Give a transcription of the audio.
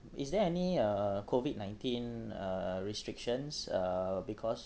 is there any uh COVID nineteen uh restrictions uh because